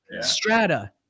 Strata